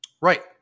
Right